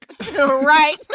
Right